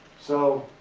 so,